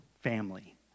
family